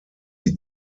die